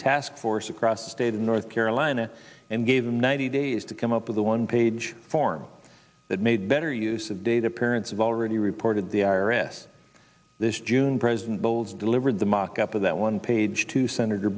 task force across state in north carolina and gave them ninety days to come up with a one page form that made better use of data parents have already reported the i r s this june president bowles delivered the mockup of that one page to senator